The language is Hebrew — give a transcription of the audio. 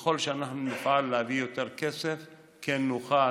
וככל שאנחנו נפעל להביא יותר כסף כן נוכל,